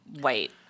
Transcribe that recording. white